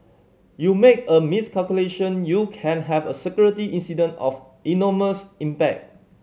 you make a miscalculation you can have a security incident of enormous impact